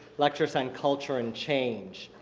lectures on culture and change.